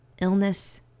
illness